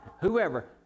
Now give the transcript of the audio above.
whoever